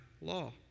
law